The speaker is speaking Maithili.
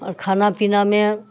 आओर खाना पीनामे